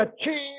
achieve